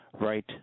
right